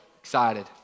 excited